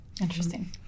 Interesting